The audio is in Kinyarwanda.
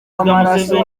w’amaraso